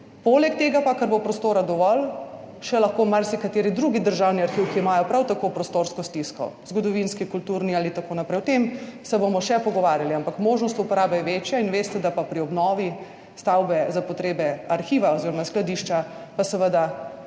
Poleg tega pa, ker bo prostora dovolj, lahko še marsikateri drugi državni arhiv, kjer imajo prav tako prostorsko stisko, zgodovinski, kulturni ali tako naprej. O tem se bomo še pogovarjali. Ampak možnost uporabe je večja. In veste, da pri obnovi stavbe za potrebe arhiva oziroma skladišča, seveda ne